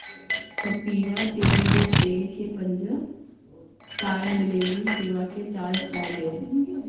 कपिवा तिरन जो तेल खे पंज स्टार ऐं डिलीवरी सेवा खे चारि स्टार ॾियो